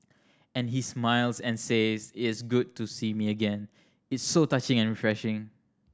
and he smiles and says it's good to see me again it's so touching and refreshing